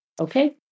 Okay